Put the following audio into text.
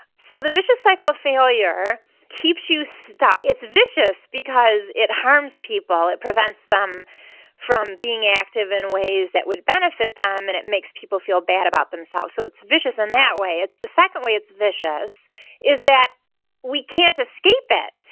so the vicious cycle of failure keeps you stuck. it's vicious because it harms people, it prevents them from being active in ways that would benefit them, and it makes people feel bad about themselves. so it's vicious in that way. the second way it's vicious is that we can't escape it.